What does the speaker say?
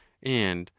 and,